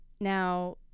Now